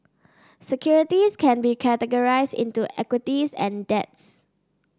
securities can be categorize into equities and debts